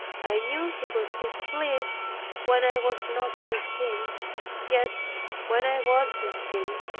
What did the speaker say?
i knew he was displeased when i was not with him yet when i was with him,